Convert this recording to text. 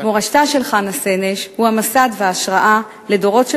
מורשתה של חנה סנש היא המסד וההשראה לדורות של